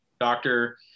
doctor